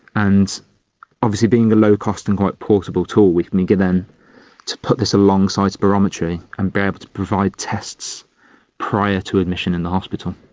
and obviously being the low-cost and quite portable tool we can and begin to put this alongside spirometry and be able to provide tests prior to admission in the hospital.